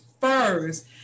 first